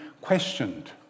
questioned